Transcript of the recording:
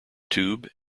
tube